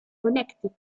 connecticut